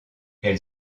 elle